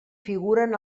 figuren